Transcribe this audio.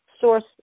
source